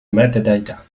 metadata